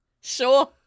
sure